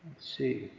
see.